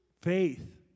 Faith